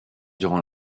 durant